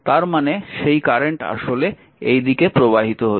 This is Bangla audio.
তার মানে সেই কারেন্ট আসলে এই দিকে প্রবাহিত হচ্ছে